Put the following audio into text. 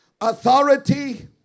authority